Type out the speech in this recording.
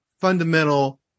fundamental